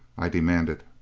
i demanded,